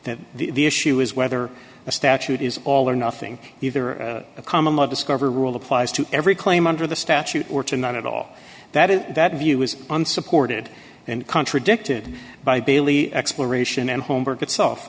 that the issue is whether a statute is all or nothing either a common law discover rule applies to every claim under the statute or to not at all that is that view is unsupported and contradicted by baillie exploration and homework itself